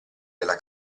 della